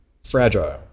Fragile